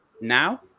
now